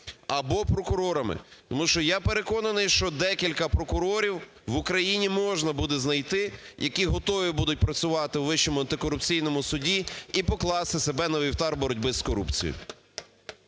"або прокурорами". Тому що я переконаний, що декілька прокурорів в Україні можна буде знайти, які готові будуть працювати в Вищому антикорупційному суді і покласти себе на вівтар боротьби з корупцією.